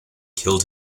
killed